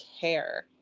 care